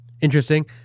interesting